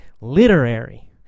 Literary